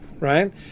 Right